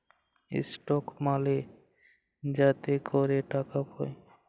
stock মালে যাতে ক্যরে টাকা পায়